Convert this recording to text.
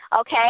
Okay